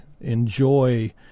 enjoy